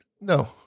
no